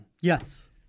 Yes